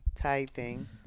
typing